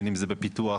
אם זה בפיתוח,